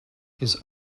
his